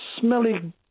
smelly